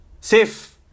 safe